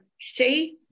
see